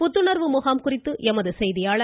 புத்துணர்வு முகாம் குறித்து எமது செய்தியாளர்